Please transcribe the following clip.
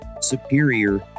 superior